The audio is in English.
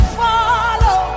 follow